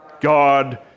God